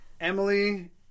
Emily